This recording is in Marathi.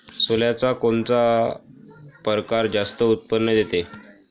सोल्याचा कोनता परकार जास्त उत्पन्न देते?